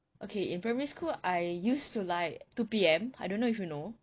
okay in primary school I used to like two P_M I don't know if you know